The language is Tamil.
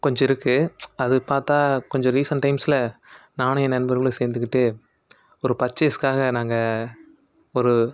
கொஞ்சம் இருக்கு அது பார்த்தா கொஞ்சம் ரீசண்ட் டைம்ஸில் நானும் ஏன் நண்பர்களும் சேர்ந்துக்கிட்டு ஒரு பர்ச்சேஸ்க்காக நாங்கள் ஒரு